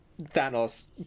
Thanos